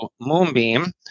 Moonbeam